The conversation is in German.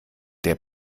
der